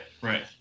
right